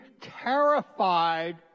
terrified